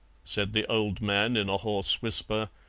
said the old man in a hoarse whisper,